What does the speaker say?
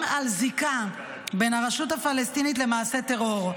המעידים על זיקה של הרשות הפלסטינית למעשי טרור,